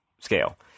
scale